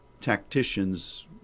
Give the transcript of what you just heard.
tacticians